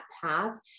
path